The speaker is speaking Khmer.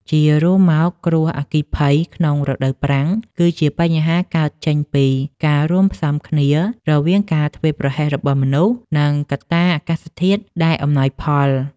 ជារួមមក គ្រោះអគ្គីភ័យក្នុងរដូវប្រាំងគឺជាបញ្ហាកើតចេញពីការរួមផ្សំគ្នារវាងការធ្វេសប្រហែសរបស់មនុស្ស និងកត្តាអាកាសធាតុដែលអំណោយផល។